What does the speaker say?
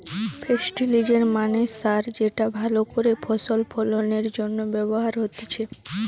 ফেস্টিলিজের মানে সার যেটা ভালো করে ফসল ফলনের জন্য ব্যবহার হতিছে